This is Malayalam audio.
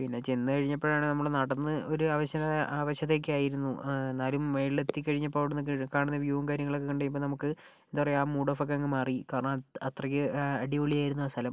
പിന്നെ ചെന്ന് കഴിഞ്ഞപ്പോഴാണ് നമ്മൾ നടന്ന് ഒരു അവശത അവശത ഒക്കെയായിരുന്നു എന്നാലും മുകളിൽ എത്തിക്കഴിഞ്ഞപ്പോൾ അവിടെ നിന്ന് കാണുന്ന വ്യൂവും കാര്യങ്ങളൊക്കെ കണ്ടു കഴിഞ്ഞപ്പോൾ നമുക്ക് എന്താ പറയുക ആ മൂഡ് ഓഫ് ഒക്കെ അങ്ങ് മാറി കാരണം അത്രയ്ക്ക് അടിപൊളിയായിരുന്നു ആ സ്ഥലം